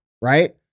right